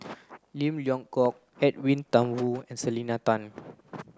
Lim Leong Geok Edwin Thumboo and Selena Tan